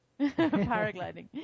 Paragliding